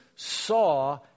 saw